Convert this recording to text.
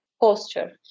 posture